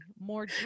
more